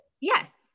Yes